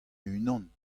unan